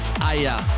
Aya